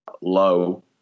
low